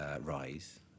Rise